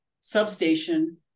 substation